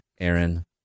Aaron